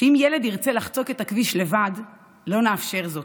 שאם ילד ירצה לחצות את הכביש לבד, לא נאפשר זאת,